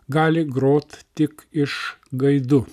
gali groti tik iš gaidų